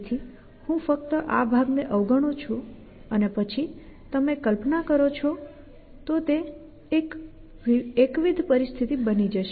તેથી હું ફક્ત આ ભાગને અવગણું છું અને પછી તમે કલ્પના કરો છો તો તે એકવિધ પરિસ્થિતિ બની જશે